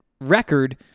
record